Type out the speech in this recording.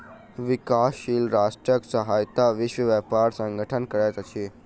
विकासशील राष्ट्रक सहायता विश्व व्यापार संगठन करैत अछि